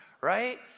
right